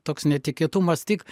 toks netikėtumas tik